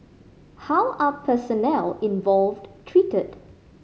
how are personnel involved treated